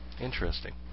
Interesting